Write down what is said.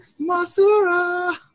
Masura